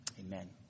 Amen